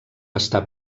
estar